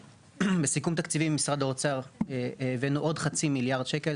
בסיכום תקציבים במשרד האוצר הבאנו עוד חצי מיליארד שקלים.